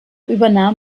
übernahm